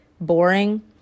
boring